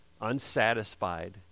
unsatisfied